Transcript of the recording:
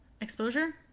exposure